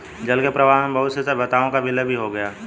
जल के प्रवाह में बहुत सी सभ्यताओं का विलय भी हो गया